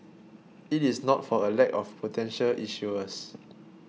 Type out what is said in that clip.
it is not for a lack of potential issuers